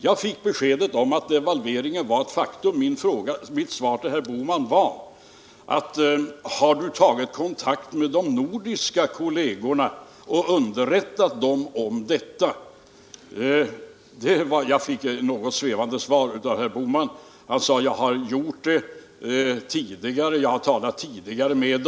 Jag fick beskedet att devalveringen var ett faktum, och jag sade då till herr Bohman: Har du tagit kontakt med de nordiska kollegerna och underrättat dem om detta? På det fick jag ett något svävande svar av herr Bohman. Han sade: Jag har talat med dem tidigare.